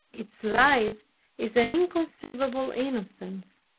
its life is an inconceivable innocence,